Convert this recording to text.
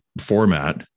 format